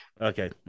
Okay